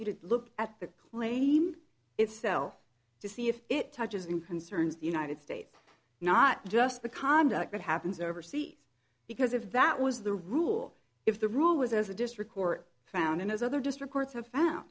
you to look at the claim itself to see if it touches in concerns the united states not just the conduct that happens overseas because if that was the rule if the rule was as a district court found and as other district courts have found